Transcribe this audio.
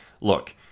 look